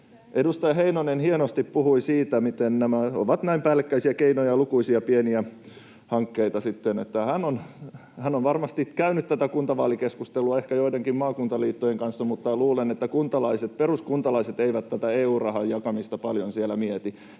Edustaja Heinonen hienosti puhui siitä, miten nämä ovat näin päällekkäisiä keinoja ja lukuisia pieniä hankkeita, että hän on varmasti käynyt tätä kuntavaalikeskustelua ehkä joidenkin maakuntaliittojen kanssa, mutta luulen, että peruskuntalaiset eivät tätä EU-rahan jakamista paljon siellä mieti.